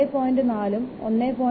4 ഉം 1